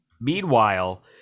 Meanwhile